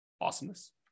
Awesomeness